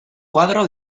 koadro